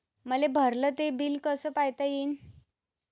मले भरल ते बिल कस पायता येईन?